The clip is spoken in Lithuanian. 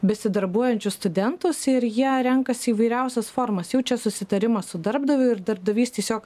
besidarbuojančius studentus ir jie renkasi įvairiausias formas jau čia susitarimas su darbdaviu ir darbdavys tiesiog